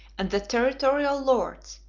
and the territorial lords,